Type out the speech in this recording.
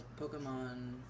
Pokemon